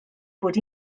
bod